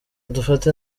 dufate